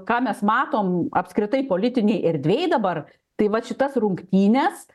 ką mes matom apskritai politinėj erdvėj dabar tai vat šitas rungtynes